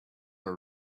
are